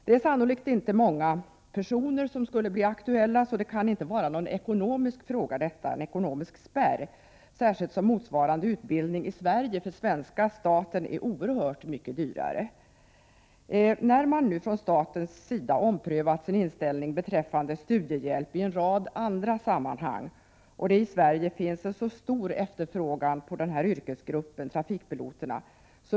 Det är sannolikt inte många personer som skulle bli aktuella, så det kan inte vara någon ekonomisk fråga — särskilt som motsvarande utbildning i Sverige är oerhört mycket dyrare för svenska staten. Man har nu från statens sida omprövat sin inställning beträffande studiehjälp i en rad andra sammanhang, och i Sverige finns det en stor efterfrågan på trafikpiloter.